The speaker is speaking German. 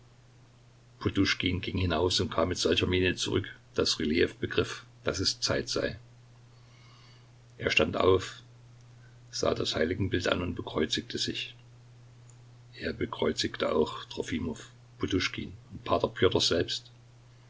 ging hinaus und kam mit solcher miene zurück daß rylejew begriff daß es zeit sei er stand auf sah das heiligenbild an und bekreuzigte sich er bekreuzigte auch trofimow poduschkin und p pjotr selbst